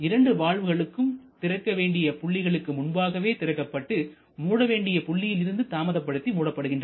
இரண்டு வால்வுகளும் திறக்க வேண்டிய புள்ளிக்கு முன்பாகவே திறக்கப்பட்டு மூட வேண்டிய புள்ளியிலிருந்து தாமதப்படுத்தி மூடப்படுகின்றன